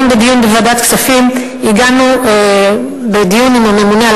בדיון בוועדת הכספים היום הגענו בדיון עם הממונה על